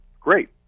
great